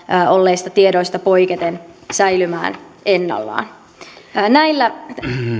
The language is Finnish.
olleista tiedoista poiketen säilymään ennallaan näillä